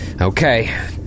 okay